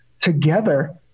together